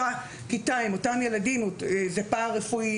עם אותה כיתה ועם אותם ילדים עם הפער הרפואי,